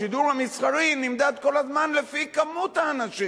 השידור המסחרי נמדד כל הזמן לפי כמות האנשים,